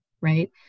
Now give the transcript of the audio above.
right